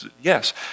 Yes